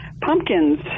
Pumpkins